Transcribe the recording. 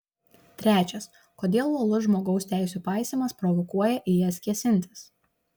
trečias kodėl uolus žmogaus teisių paisymas provokuoja į jas kėsintis